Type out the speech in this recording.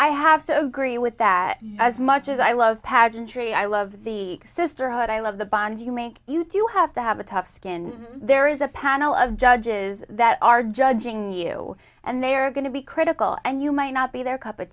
i have to agree with that as much as i love pageantry i love the sisterhood i love the bond you make you do have to have a tough skin there is a panel of judges that are judging you and they are going to be critical and you may not be their cup of